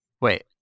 Wait